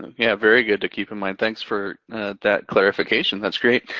yeah, very good to keep in mind. thanks for that clarification, that's great.